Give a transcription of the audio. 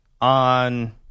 on